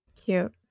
cute